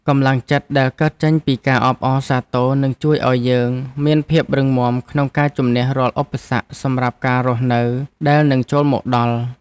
កម្លាំងចិត្តដែលកើតចេញពីការអបអរសាទរនឹងជួយឱ្យយើងមានភាពរឹងមាំក្នុងការជម្នះរាល់ឧបសគ្គសម្រាប់ការរស់នៅដែលនឹងចូលមកដល់។